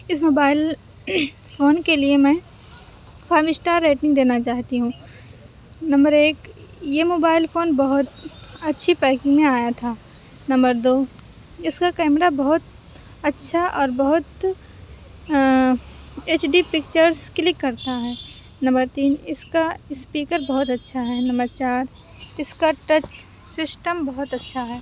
اِس mobile phone کے لیے میں فائیو اسٹار ریٹنگ دینا چاہتی ہوں نمبر ایک یہ موبائل فون بہت اچھی پیکنگ میں آیا تھا نمبر دو اِس کا کیمرہ بہت اچھا اور بہت ایچ ڈی پکچرس کلک کرتا ہے نمبر تین اِس کا اسپیکر بہت اچھا ہے نمبر چار اِس کا ٹچ سسٹم بہت اچھا ہے